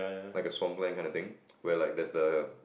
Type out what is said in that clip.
like a swamp land kinda thing where like there's the